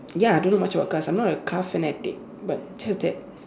ya I don't know much about cars I'm not a car fanatic but just that